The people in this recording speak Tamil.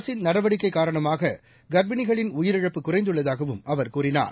அரசின் நடவடிக்கைகாரணமாககா்ப்பிணிகளின் உயிரிழப்பு குறைந்தள்ளதாகவும் அவர்கூறினார்